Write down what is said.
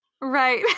right